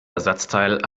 ersatzteil